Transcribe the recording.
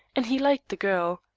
and he liked the girl.